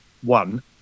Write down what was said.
one